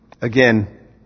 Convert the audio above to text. Again